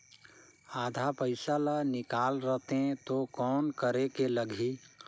आधा पइसा ला निकाल रतें तो कौन करेके लगही?